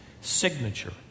signature